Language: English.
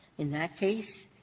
in that case,